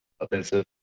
offensive